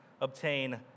obtain